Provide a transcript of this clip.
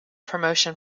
promotion